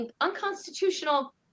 unconstitutional